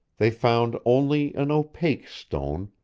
they found only an opaque stone,